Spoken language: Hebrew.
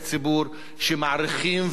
שמעריכים ומוקירים.